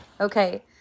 Okay